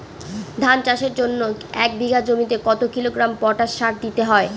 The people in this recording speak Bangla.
ধান চাষের জন্য এক বিঘা জমিতে কতো কিলোগ্রাম পটাশ সার দিতে হয়?